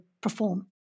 perform